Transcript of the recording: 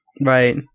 right